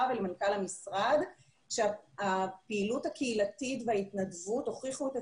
ולמנכ"ל המשרד שהפעילות הקהילתית וההתנדבות הוכיחו את